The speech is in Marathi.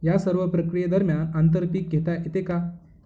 या सर्व प्रक्रिये दरम्यान आंतर पीक घेता येते का?